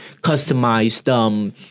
customized